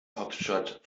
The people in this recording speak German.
hauptstadt